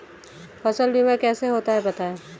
फसल बीमा कैसे होता है बताएँ?